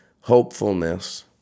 hopefulness